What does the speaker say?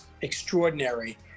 extraordinary